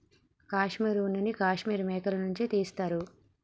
కాశ్మీర్ ఉన్న నీ కాశ్మీర్ మేకల నుంచి తీస్తారు